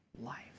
life